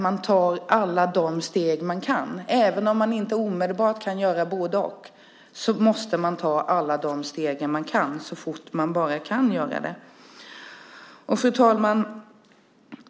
Men även om man inte omedelbart kan göra både-och är det ändå viktigt att ta alla steg man kan, så fort man bara kan. Fru talman!